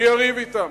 מי יריב אתם?